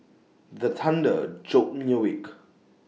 the thunder jolt me awake